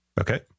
Okay